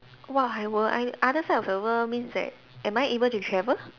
!wah! I were I other side of the world means that am I able to travel